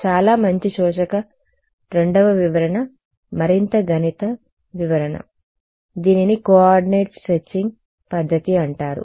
చాలా మంచి శోషక రెండవ వివరణ మరింత గణిత వివరణ దీనిని కోఆర్డినేట్ స్ట్రెచింగ్ పద్ధతి అంటారు